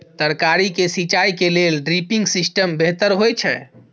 तरकारी के सिंचाई के लेल ड्रिपिंग सिस्टम बेहतर होए छै?